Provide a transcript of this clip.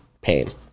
pain